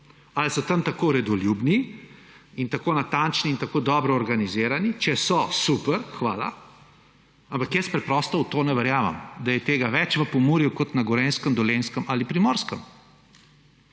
Ali so tam tako redoljubni in tako natančni in tako dobro organizirani? Če so, super, hvala. Ampak jaz preprosto v to ne verjamem, da je tega več v Pomurju kot na Gorenjskem, Dolenjskem ali Primorskem.